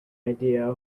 idea